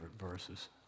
verses